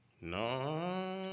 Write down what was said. no